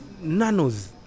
Nanos